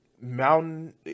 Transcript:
mountain